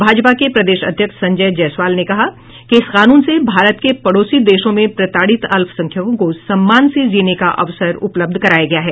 भाजपा के प्रदेश अध्यक्ष संजय जयसवाल ने कहा कि इस कानून से भारत के पड़ोसी देशों में प्रताड़ित अल्पसंख्यकों को सम्मान से जीने का अवसर उपलब्ध कराया गया है